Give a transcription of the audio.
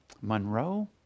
monroe